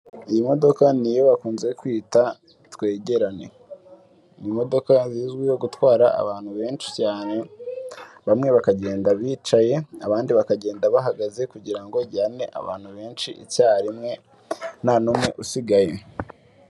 Iyi modoka niyo bakunze kwita twegerane. Ni imodoka zizwiho gutwara abantu benshi cyane bamwe bakagenda bicaye, abandi bakagenda bahagaze kugirango ijyane abantu benshi icyarimwe ntanumwe usigaye.